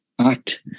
act